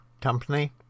company